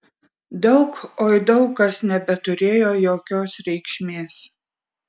daug oi daug kas nebeturėjo jokios reikšmės